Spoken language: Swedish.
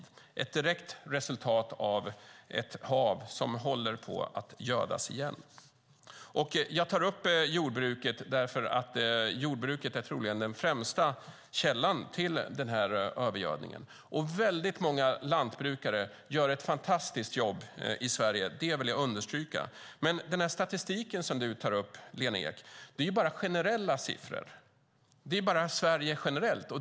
Det är ett direkt resultat av ett hav som håller på att gödas igen. Jag tar upp jordbruket därför att jordbruket troligen är den främsta källan till övergödningen. Väldigt många lantbrukare i Sverige gör ett fantastiskt jobb, det vill jag understryka. Men den statistik du tar upp, Lena ek, är generella siffror. Det visar bara hur det är i Sverige generellt.